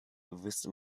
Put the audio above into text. with